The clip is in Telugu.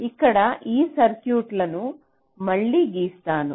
ఇక్కడ ఈ సర్క్యూట్ను మళ్లీ గీస్తాను